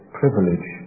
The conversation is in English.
privilege